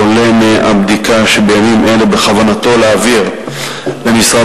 ומהבדיקה עולה שבימים אלה בכוונתו להעביר למשרד